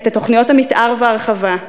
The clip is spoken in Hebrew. את תוכניות המתאר וההרחבה,